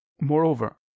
moreover